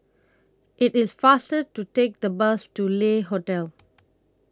IT IS faster to Take The Bus to Le Hotel